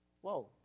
Whoa